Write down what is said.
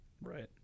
Right